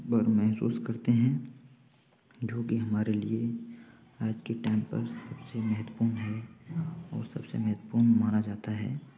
दिन भर महसूस करते हैं जो कि हमारे लिए आज के टाइम पर सबसे महत्वपूर्ण है और सबसे महत्वपूर्ण माना जाता है